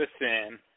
Listen